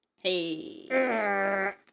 Hey